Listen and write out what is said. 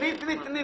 תני לי.